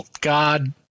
God